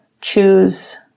choose